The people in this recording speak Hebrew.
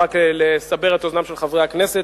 רק לסבר את אוזנם של חברי הכנסת,